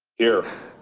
here.